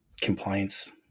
compliance